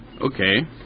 Okay